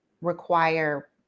require